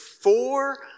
four